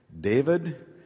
David